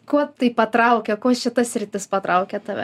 kuo tai patraukė kuo šita sritis patraukė tave